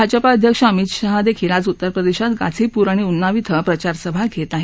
भाजपा अध्यक्ष अमित शाह देखील आज उत्तर प्रदेशात गाझीपूर आणि उन्नाव िं व्रं प्रचारसभा घेत आहेत